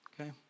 okay